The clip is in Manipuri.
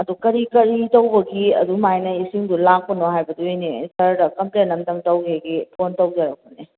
ꯑꯗꯨ ꯀꯔꯤ ꯀꯔꯤ ꯇꯧꯕꯒꯤ ꯑꯗꯨꯃꯥꯏꯅ ꯏꯁꯤꯡꯗꯣ ꯂꯥꯛꯄꯅꯣ ꯍꯥꯏꯕꯗꯨꯒꯤꯅꯦꯑꯩ ꯁꯥꯔꯗ ꯀꯝꯄ꯭ꯂꯦꯟ ꯑꯃꯇꯪ ꯇꯧꯖꯒꯦ ꯐꯣꯟ ꯇꯧꯖꯔꯛꯄꯅꯦ